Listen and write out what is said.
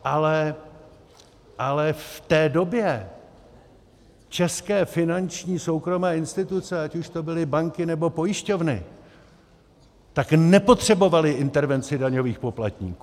Ale v té době české finanční soukromé instituce, ať už to byly banky, nebo pojišťovny, nepotřebovaly intervenci daňových poplatníků.